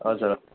हजुर